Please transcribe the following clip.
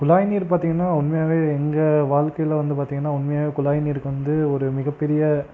குழாய் நீர் பார்த்தீங்கன்னா உண்மையாகவே எங்கள் வாழ்க்கையில் வந்து பார்த்தீங்கன்னா உண்மையாகவே குழாய் நீர்க்கு வந்து ஒரு மிகப்பெரிய